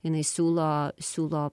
jinai siūlo siūlo